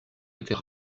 était